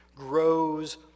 Grows